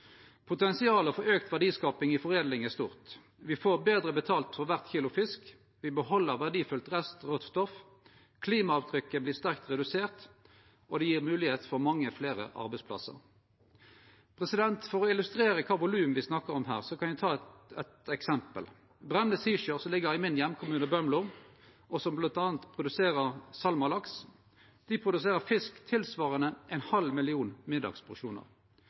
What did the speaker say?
Potensialet for auka verdiskaping i foredling er stort. Me får betre betalt for kvar kilo fisk, me beheld verdifullt restråstoff, klimaavtrykket vert sterkt redusert, og det gjev moglegheit for mange fleire arbeidsplassar. For å illustrere kva volum me snakkar om her, kan eg ta eit eksempel. Bremnes Seashore, som ligg i min eigen heimkommune, Bømlo, og som bl.a. produserer salmalaks, produserer fisk tilsvarande ein halv million middagsporsjonar